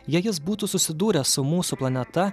jei jis būtų susidūrę su mūsų planeta